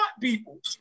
people